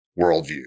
worldview